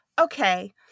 okay